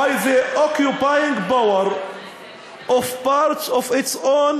by the occupying power of parts of its own